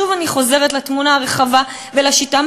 שוב אני חוזרת לתמונה הרחבה ולשיטה,